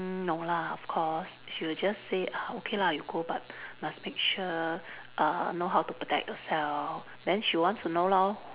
mm no lah of course she will just say uh okay lah you go but must make sure err know how to protect yourself then she wants to know lor